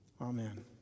Amen